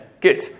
Good